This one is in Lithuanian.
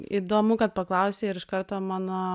įdomu kad paklausei ir iš karto mano